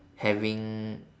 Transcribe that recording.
having